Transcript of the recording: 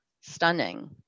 stunning